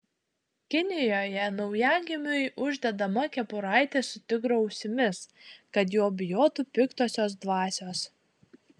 kinijoje naujagimiui uždedama kepuraitė su tigro ausimis kad jo bijotų piktosios dvasios